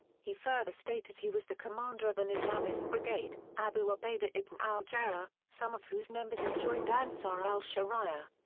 he further stated he was the commander of an islamist brigade, abu obaida ibn al-jarrah, some of whose members had joined ansar al-sharia.